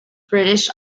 british